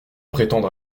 prétendre